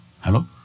Hello